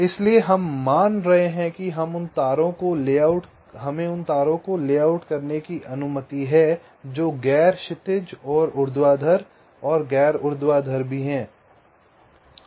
इसलिए हम मान रहे हैं कि हमें उन तारों को लेआउट करने की अनुमति है जो गैर क्षैतिज और ऊर्ध्वाधर हैं गैर ऊर्ध्वाधर भी हैं